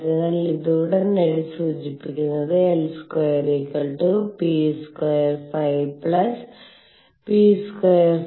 അതിനാൽ ഇത് ഉടനടി സൂചിപ്പിക്കുന്നത് L2 P²ᵩ P²ᵩsin²θ